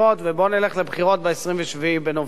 ובואו נלך לבחירות ב-27 בנובמבר.